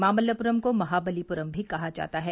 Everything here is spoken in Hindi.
मामल्लपुरम को महाबलीपुरम भी कहा जाता है